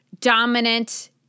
dominant